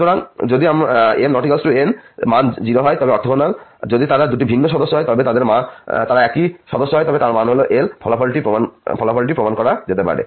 সুতরাং যদি m ≠ n মান 0 হয় তবে তারা অর্থগোনাল যদি তারা দুটি ভিন্ন সদস্য হয় তবে যদি তারা একই সদস্য হয় তবে মান হল l এই ফলাফলটি প্রমাণিত হতে পারে